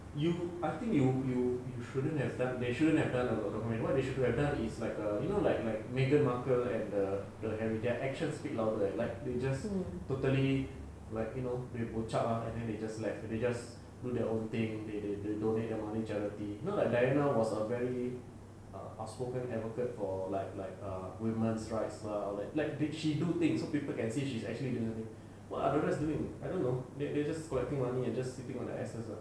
you I think you you shouldn't they shouldn't have done that what they should have done it's like you know like my meghan markel and the harry their actions speak louder eh like they just totally like you know they bo chup [one] then they just like they just do their own thing they donate their money to charity you know like diana was a very outspoken advocate for women's rights lah all that like she do things so people can see she's actually you know what are the rest doing I don't know they just collecting money and just sleeping on their asses ah